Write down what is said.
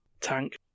tank